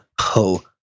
Ho